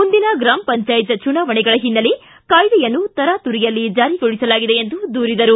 ಮುಂದಿನ ಗ್ರಾಮ ಪಂಚಾಯತ್ ಚುನಾವಣೆಗಳ ಹಿನ್ನೆಲೆ ಕಾಯ್ದೆಯನ್ನು ತರಾತುರಿಯಲ್ಲಿ ಜಾರಿಗೊಳಿಸಲಾಗಿದೆ ಎಂದು ದೂರಿದರು